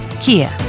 Kia